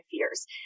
fears